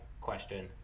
question